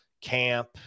camp